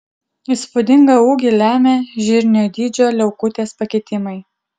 įspūdingą ūgį lemia žirnio dydžio liaukutės pakitimai